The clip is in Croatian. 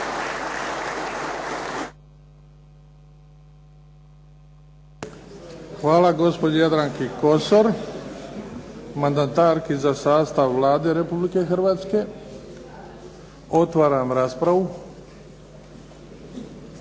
Hvala gospođi Jadranki Kosor, mandatarki za sastav Vlade Republike Hrvatske. Otvaram raspravu.